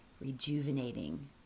rejuvenating